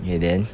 okay then